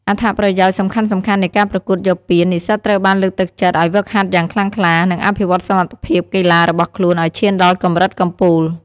អត្ថប្រយោជន៍សំខាន់ៗនៃការប្រកួតយកពាន និស្សិតត្រូវបានលើកទឹកចិត្តឱ្យហ្វឹកហាត់យ៉ាងខ្លាំងក្លា និងអភិវឌ្ឍសមត្ថភាពកីឡារបស់ខ្លួនឱ្យឈានដល់កម្រិតកំពូល។